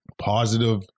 positive